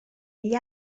gli